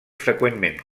freqüentment